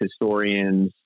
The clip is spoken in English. historians